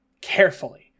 Carefully